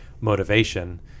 motivation